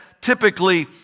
typically